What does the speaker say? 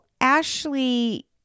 Ashley